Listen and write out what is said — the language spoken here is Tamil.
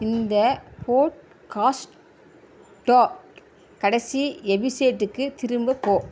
இந்த போட்காஸ்டோ கடைசி எபிசேடுக்கு திரும்ப போ